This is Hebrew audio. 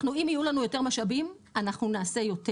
אם יהיו לנו יותר משאבים אנחנו נעשה יותר.